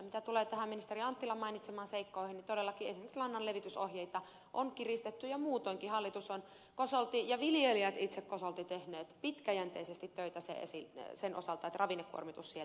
mitä tulee ministeri anttilan mainitsemiin seikkoihin niin todellakin esimerkiksi lannanlevitysohjeita on kiristetty ja muutoinkin hallitus ja viljelijät itse ovat kosolti tehneet pitkäjänteisesti töitä sen osalta että ravinnekuormitus sieltä pienenisi